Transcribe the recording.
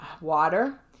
water